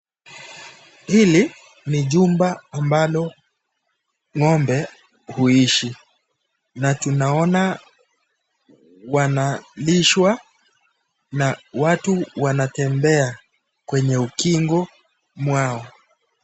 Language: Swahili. Hili ni jumba ambalo ngombe huishi, na tunaona wanalishwa na watu wanatembea kwenye ukingo mwao.